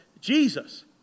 Jesus